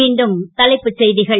மீண்டும் தலைப்புச் செ கள்